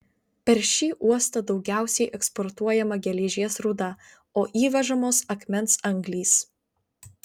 per šį uostą daugiausiai eksportuojama geležies rūda o įvežamos akmens anglys